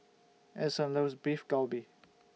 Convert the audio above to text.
Ason loves Beef Galbi